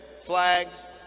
flags